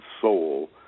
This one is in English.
soul